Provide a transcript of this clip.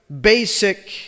basic